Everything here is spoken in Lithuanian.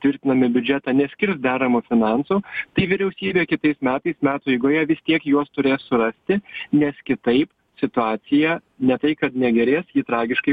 tvirtinami biudžetą neskirs deramų finansų tai vyriausybė kitais metais metų eigoje vis tiek juos turės surasti nes kitaip situacija ne tai kad ne gerės ji tragiškai